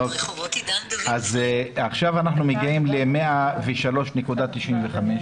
עכשיו אנחנו מגיעים ל-103.95%,